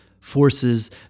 forces